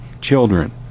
children